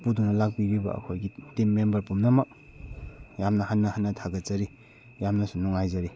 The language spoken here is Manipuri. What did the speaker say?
ꯄꯨꯗꯨꯅ ꯂꯥꯛꯄꯤꯔꯤꯕ ꯑꯩꯈꯣꯏꯒꯤ ꯇꯤꯝ ꯃꯦꯝꯕꯔ ꯄꯨꯝꯅꯃꯛ ꯌꯥꯝꯅ ꯍꯟꯅ ꯍꯟꯅ ꯊꯥꯒꯠꯆꯔꯤ ꯌꯥꯝꯅꯁꯨ ꯅꯨꯡꯉꯥꯏꯖꯔꯤ